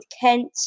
Kent